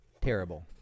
terrible